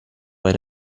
bei